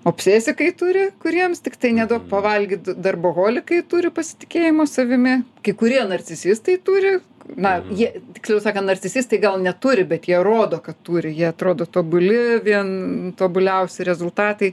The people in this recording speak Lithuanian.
opsesikai turi kuriems tiktai neduok pavalgyt darboholikai turi pasitikėjimo savimi kai kurie narcisistai turi na jie tiksliau sakant narcisistai gal neturi bet jie rodo kad turi jie atrodo tobuli vien tobuliausi rezultatai